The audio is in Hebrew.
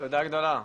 תודה גדולה.